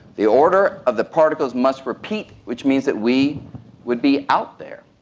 the order of the particles must repeat, which means that we would be out there.